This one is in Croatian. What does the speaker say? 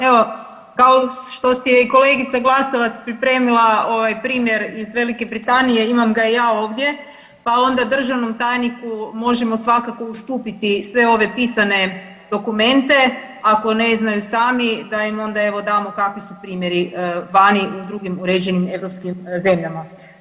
Evo kao što si je i kolegica Glasovac pripremila ovaj primjer iz Velike Britanije imam ga ja ovdje, pa onda državnom tajniku možemo svakako ustupiti sve ove pisane dokumente ako ne znaju sami, da im onda evo damo kakvi su primjeri vani u drugim uređenim europskim zemljama.